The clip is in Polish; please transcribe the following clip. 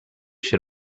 się